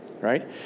right